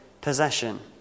possession